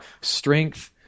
strength